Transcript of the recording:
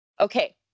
Okay